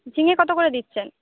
ঝিঙে কত করে দিচ্ছেন